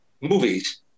movies